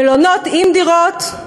מלונות עם דירות,